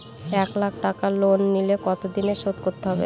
এক লাখ টাকা লোন নিলে কতদিনে শোধ করতে হবে?